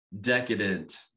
decadent